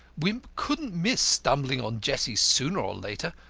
wimp couldn't miss stumbling on jessie sooner or later.